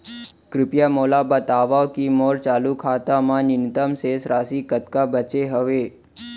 कृपया मोला बतावव की मोर चालू खाता मा न्यूनतम शेष राशि कतका बाचे हवे